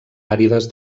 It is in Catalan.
àrides